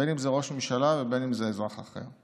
בין שזה ראש ממשלה ובין שזה אזרח אחר.